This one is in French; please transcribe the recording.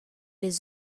les